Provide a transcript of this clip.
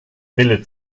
wille